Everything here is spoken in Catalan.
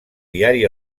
diari